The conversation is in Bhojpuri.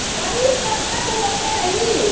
बरिस कबतक होते रही?